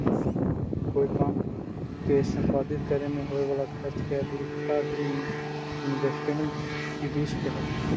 कोई काम के संपादित करे में होवे वाला खर्च के अधिकता भी इन्वेस्टमेंट रिस्क हई